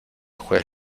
juez